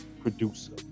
producer